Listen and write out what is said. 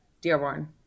dearborn